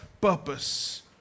purpose